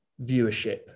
viewership